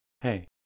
Hey